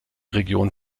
region